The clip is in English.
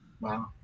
Wow